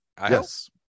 Yes